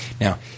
now